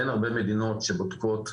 אין הרבה מדינות שבודקות,